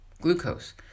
glucose